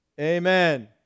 Amen